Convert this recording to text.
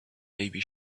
maybe